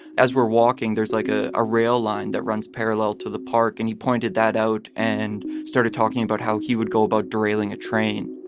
as we're walking, there's like a a rail line that runs parallel to the park. and you pointed that out and started talking about how he would go about derailing a train.